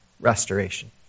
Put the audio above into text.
restoration